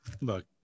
Look